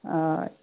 हय